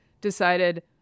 decided